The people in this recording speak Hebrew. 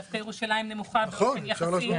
דווקא ירושלים נמוכה באופן יחסי,